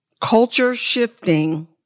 culture-shifting